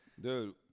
dude